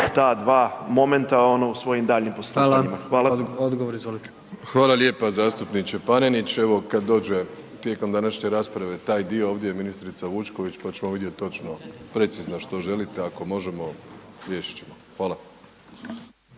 Odgovor, izvolite. **Plenković, Andrej (HDZ)** Hvala lijepo zastupniče Panenić. Evo kad dođe tijekom današnje rasprave taj dio, ovdje je ministrica Vučković pa ćemo vidjet točno precizno što želite, ako možemo, riješit ćemo. Hvala.